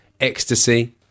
ecstasy